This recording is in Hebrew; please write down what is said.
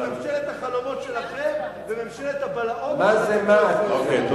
ממשלת החלומות שלכם וממשלת הבלהות, אוקיי.